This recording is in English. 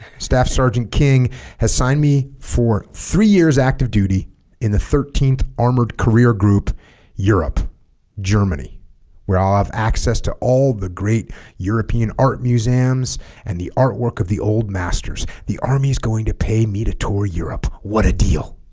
staff sergeant king has signed me for three years active duty in the thirteenth armored career group europe germany where i'll have access to all the great european art museums and the artwork of the old masters the army is going to pay me to tour europe what a deal